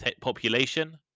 population